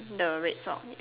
the red sock ya